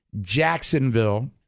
Jacksonville